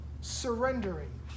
surrendering